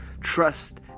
trust